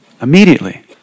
Immediately